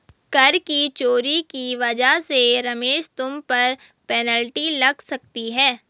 कर की चोरी की वजह से रमेश तुम पर पेनल्टी लग सकती है